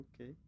Okay